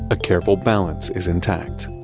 a careful balance is intact.